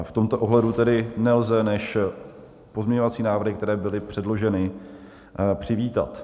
V tomto ohledu tedy nelze než pozměňovací návrhy, které byly předloženy, přivítat.